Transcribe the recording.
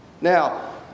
Now